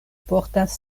portas